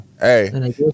hey